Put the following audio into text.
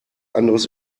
anderes